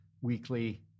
weekly